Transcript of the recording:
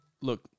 Look